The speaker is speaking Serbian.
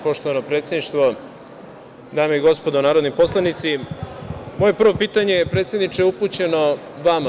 Poštovano predsedništvo, dame i gospodo narodni poslanici, moje prvo pitanje, predsedniče, je upućeno vama.